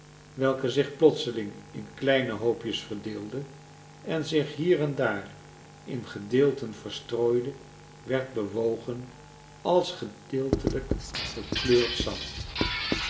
welke zichplotseling in kleine hoopjes verdeelde en zich hier en daar in gedeelten vcrstrooide werd bewogen als gedeeltelyk gekleurd zand